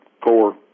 core